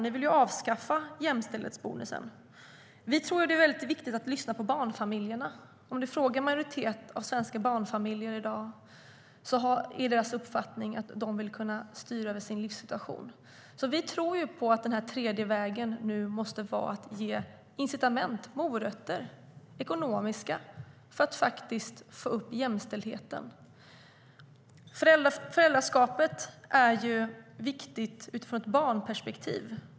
Ni vill avskaffa jämställdhetsbonusen. Föräldraskapet är viktigt utifrån ett barnperspektiv.